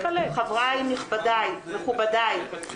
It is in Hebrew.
יודע ----- חבריי, נכבדיי, אני עונה לכם.